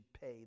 pay